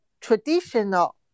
traditional